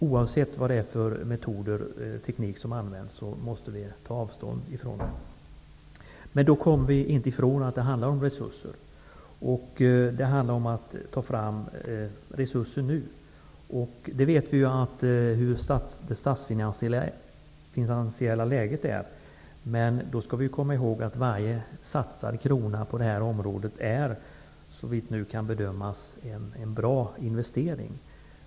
Vi måste ta avstånd från dessa brott oavsett vilka metoder eller tekniker som används. Men vi kommer inte ifrån att det hela handlar om resurser. Det handlar om att få fram resurser nu. Vi vet ju hur det statsfinansiella läget är. Men vi skall komma ihåg att varje satsad krona på detta område är, såvitt nu kan bedömas, en bra investering.